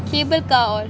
cable car or